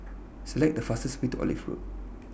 Select The fastest Way to Olive Road